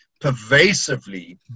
pervasively